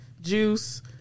Juice